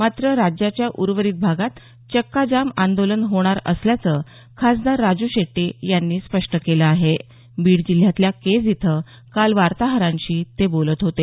मात्र राज्याच्या उर्वरित भागात चक्का जाम आंदोलन होणार असल्याचं खासदार राजू शेट्टी यांनी स्पष्ट केलं आहे बीड जिल्ह्यातल्या केज इथं काल वार्ताहरांशी ते बोलत होते